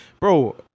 bro